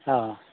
অঁ